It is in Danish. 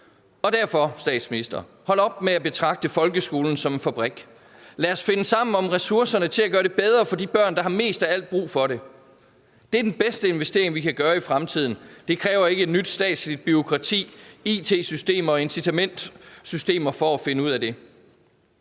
at han skal holde op med at betragte folkeskolen som en fabrik. Lad os finde sammen om ressourcerne til at gøre det bedre for de børn, der har mest brug for det. Det er den bedste investering, vi kan gøre i fremtiden. Det kræver ikke et nyt statsligt bureaukrati, it-systemer og incitamentssystemer for at finde ud af det.